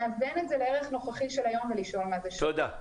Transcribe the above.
להוון את זה לערך נוכחי של היום ולשאול מה זה שווה.